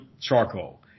charcoal